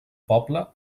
poble